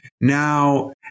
Now